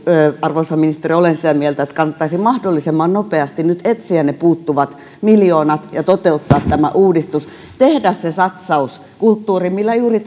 arvoisa ministeri olen sitä mieltä että kannattaisi mahdollisimman nopeasti nyt etsiä ne puuttuvat miljoonat ja toteuttaa tämä uudistus tehdä se satsaus kulttuuriin millä juuri